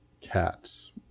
cats